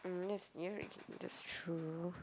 mm that's weird that's true